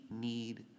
need